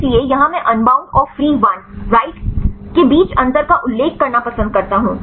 इसलिए यहां मैं अनबाउंड और फ्री वन राइट के बीच अंतर का उल्लेख करना पसंद करता हूं